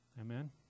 Amen